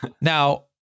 Now